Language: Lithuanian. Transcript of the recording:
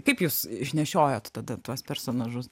kaip jūs išnešiojot tada tuos personažus